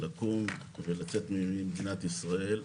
לקום ולצאת ממדינת ישראל.